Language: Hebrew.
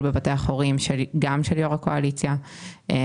בבתי החולים הם של יו"ר הקואליציה לשעבר,